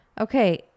Okay